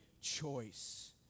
choice